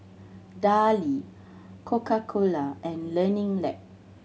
Darlie Coca Cola and Learning Lab